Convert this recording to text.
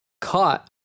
caught